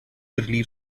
relief